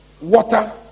water